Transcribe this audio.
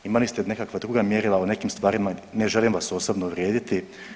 Imali ste nekakva druga mjerila u nekim stvarima, ne želim vas osobno uvrijediti.